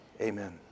amen